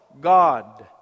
God